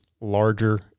larger